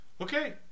Okay